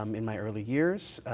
um in my early years,